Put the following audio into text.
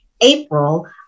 April